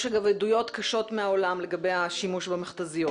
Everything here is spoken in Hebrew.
יש אגב עדויות קשות מהעולם לגבי השימוש מהמכת"זיות.